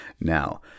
now